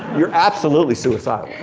you're absolutely suicidal,